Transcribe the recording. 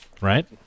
Right